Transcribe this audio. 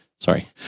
Sorry